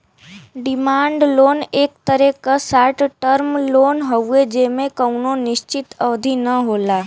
demand loan एक तरे क शार्ट टर्म लोन हउवे जेमे कउनो निश्चित अवधि न होला